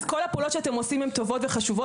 אז כל הפעולות שאתם עושים הן טובות וחשובות